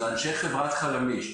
זה אנשי חברת חלמיש.